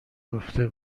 گفته